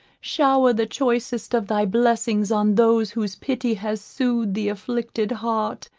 shower the choicest of thy blessings on those whose pity has soothed the afflicted heart,